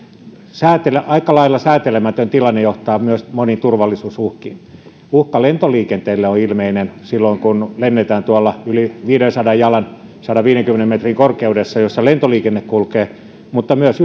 aika lailla säätelemätön tilanne johtaa myös moniin turvallisuusuhkiin uhka lentoliikenteelle on ilmeinen silloin kun lennetään tuolla yli viidensadan jalan sadanviidenkymmenen metrin korkeudessa jossa lentoliikenne kulkee mutta myös